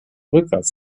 rückwärts